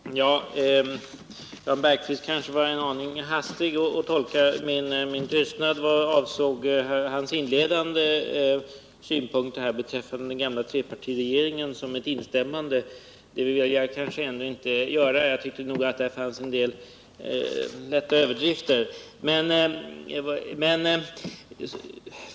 Herr talman! Jan Bergqvist är en aning hastig att tolka min tystnad vad avsåg hans inledande synpunkter beträffande trepartiregeringen som ett instämmande. Det vill jag kanske ändå inte göra. Jag tycker nog att där fanns en del lätta överdrifter.